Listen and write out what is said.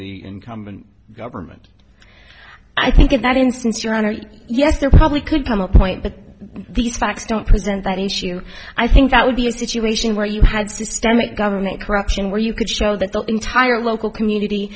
the incumbent government i think in that instance your honor yes there probably could come up point but these facts don't present that issue i think that would be a situation where you had systemic government corruption where you could show that the entire local community